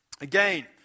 Again